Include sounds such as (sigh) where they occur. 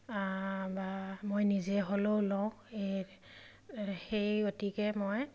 বা মই নিজে হ'লেও লওঁ (unintelligible) সেই গতিকে মই